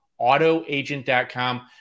AutoAgent.com